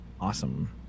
awesome